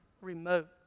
remote